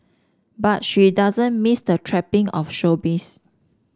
but she doesn't miss the trapping of showbiz